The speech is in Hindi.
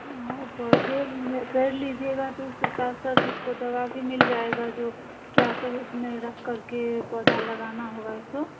हाँ तो पेड़ लिए पेड़ लीजिएगा तो उसके साथ साथ उसको दवा भी मिल जाएगा जो क्या सब उसमें रख कर के पौधा लगाना हो वो सब